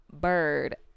bird